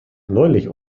neulich